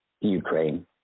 Ukraine